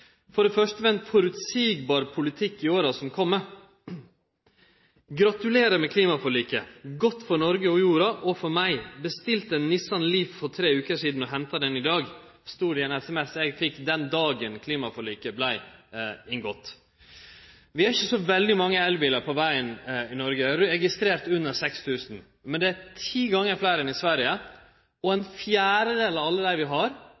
for det første ved ein føreseieleg politikk i åra som kjem. – Gratulerer med klimaforliket. Godt for Noreg og jorda – og for meg. Bestilte ein Nissan Leaf for tre veker sidan og henta den i dag, sto det i en SMS eg fekk den dagen klimaforliket vart inngått. Vi har ikkje så veldig mange elbilar på vegen i Noreg – det er registrert under 6 000 – men det er ti gonger fleire enn i Sverige, og ein fjerdedel av alle dei vi har,